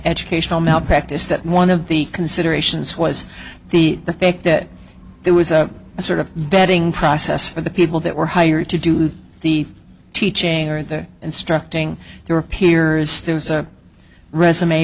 educational malpractise that one of the considerations was the the fact that there was a sort of vetting process for the people that were hired to do the teaching or instructing their peers there was a resume